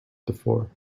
before